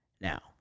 now